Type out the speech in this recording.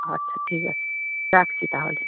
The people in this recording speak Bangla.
আচ্ছা ঠিক আছে রাখছি তাহলে